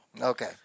Okay